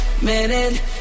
minute